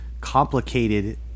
complicated